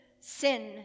sin